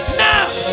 now